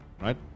Right